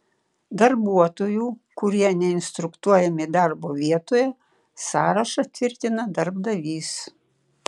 darbuotojų kurie neinstruktuojami darbo vietoje sąrašą tvirtina darbdavys